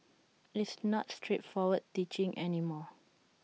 it's not straightforward teaching any more